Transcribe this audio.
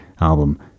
album